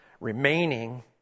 Remaining